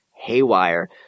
Haywire